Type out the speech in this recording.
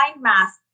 mask